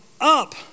up